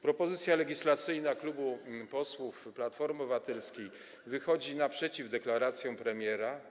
Propozycja legislacyjna posłów klubu Platformy Obywatelskiej wychodzi naprzeciw deklaracjom premiera.